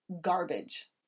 garbage